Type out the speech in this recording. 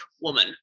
woman